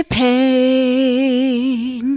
pain